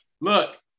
Look